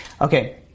Okay